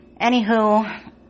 Anywho